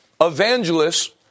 evangelists